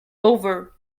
over